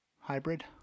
Hybrid